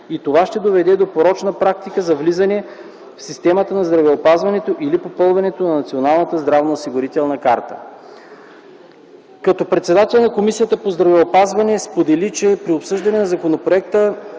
и това ще доведе до порочна практика за влизане в системата на здравеопазването или попълването на Националната здравна карта. Като председател на Комисията по здравеопазване тя сподели, че при обсъждане на законопроекта